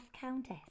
countess